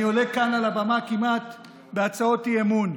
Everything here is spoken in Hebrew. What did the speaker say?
אני עולה כאן על הבמה בהצעות אי-אמון,